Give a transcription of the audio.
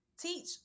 teach